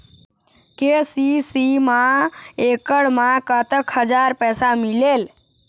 KCC मा एकड़ मा कतक हजार पैसा मिलेल?